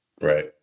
Right